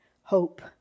hope